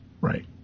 Right